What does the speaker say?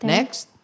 Next